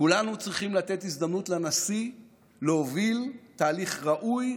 כולנו צריכים לתת הזדמנות לנשיא להוביל תהליך ראוי,